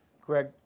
Greg